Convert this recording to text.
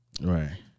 Right